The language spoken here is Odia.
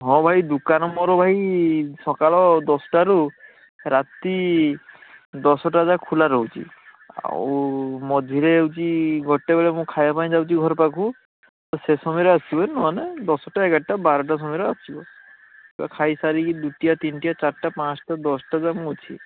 ହଁ ଭାଇ ଦୁକାନ ମୋର ଭାଇ ସକାଳ ଦଶଟାରୁ ରାତି ଦଶଟା ଯାଏ ଖୋଲା ରହୁଛି ଆଉ ମଝିରେ ହଉଛି ଗୋଟେବେଳେ ମୁଁ ଖାଇବା ପାଇଁ ଯାଉଛି ଘରପାଖକୁ ତ ସେ ସମୟରେ ଆସିବନି ନହେନେ ଦଶଟା ଏଗାରଟା ବାରଟା ସମୟରେ ଆସିବ ତ ଖାଇ ସାରିକି ଦୁଟିଆ ତିନିଟିଆ ଚାରଟା ପାଞ୍ଚଟା ଦଶଟା ଯାଏଁ ମୁଁ ଅଛି